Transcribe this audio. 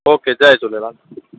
okay जय झूलेलाल